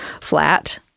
flat